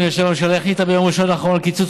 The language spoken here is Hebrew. הממשלה החליטה ביום ראשון האחרון על קיצוץ